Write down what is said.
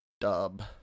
dub